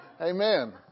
amen